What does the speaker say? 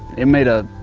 it made a